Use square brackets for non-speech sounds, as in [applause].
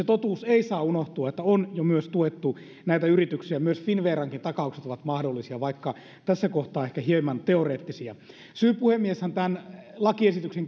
[unintelligible] totuus ei saa unohtua että on jo tuettu näitä yrityksiä ja myös finnverankin takaukset ovat mahdollisia vaikka tässä kohtaa ehkä hieman teoreettisia puhemies syy tämän lakiesityksen [unintelligible]